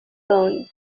bone